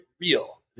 real